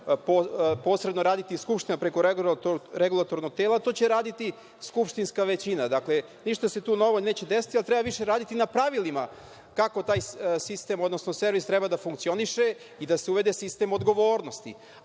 posredno raditi Skupština preko regulatornog tela, to će raditi skupštinska većina. Dakle, ništa se tu novo neće desiti, ali treba više raditi na pravilima kako taj sistem, odnosno servis treba da funkcioniše i da se uvede sistem odgovornosti,